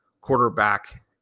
quarterback